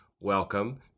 welcome